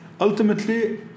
Ultimately